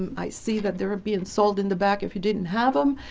i see that they are being sold in the back if you didn't have them.